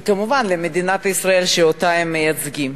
וכמובן, למדינת ישראל, שאותה הם מייצגים.